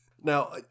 Now